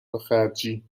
خرجی